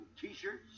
T-shirts